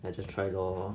I just try lor